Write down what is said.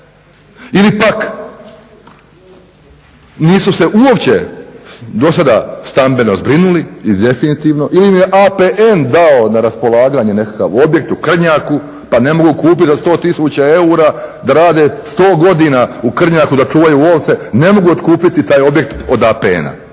ili pak nisu se uopće do sada stambeno zbrinuli i definitivno ili im je APN dao na raspolaganje nekakav objekat u Krnjaku pa ne mogu kupiti za 100000 eura da rade 100 godina u Krnjaku da čuvaju ovce ne mogu otkupiti taj objekt od APN-a.